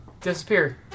disappear